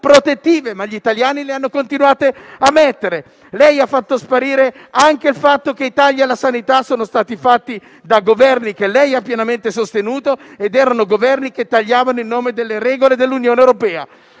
protettive, ma gli italiani hanno continuato a metterle. Lei ha fatto sparire anche il fatto che i tagli alla sanità sono stati operati da Governi che lei ha pienamente sostenuto ed erano Governi che effettuavano tagli in nome delle regole dell'Unione europea.